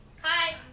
Hi